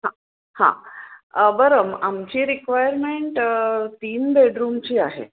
हां हां बरं आमची रिक्वायरमेंट तीन बेडरूमची आहे